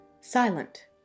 silent